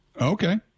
Okay